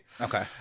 Okay